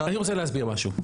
אני רוצה להסביר משהו.